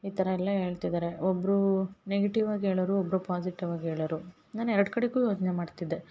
ಈ ಥರ ಎಲ್ಲ ಹೇಳ್ತಿದ್ದಾರೆ ಒಬ್ಬರು ನೆಗೆಟಿವ್ ಆಗಿ ಹೇಳೋರು ಒಬ್ಬರು ಪಾಸಿಟಿವ್ ಆಗಿ ಹೇಳೋರು ನಾನು ಎರಡು ಕಡಿಗೂ ಯೋಚನೆ ಮಾಡ್ತಿದ್ದೆ